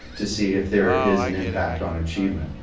to see if there is an impact on achievement.